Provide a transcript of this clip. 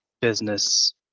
business